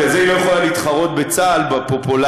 בגלל זה היא לא יכולה להתחרות בצה"ל בפופולריות,